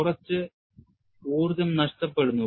കുറച്ച് ഊർജ്ജം നഷ്ടപ്പെടുന്നു